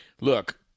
look